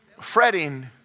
Fretting